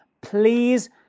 please